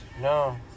No